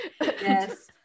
yes